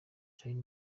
charly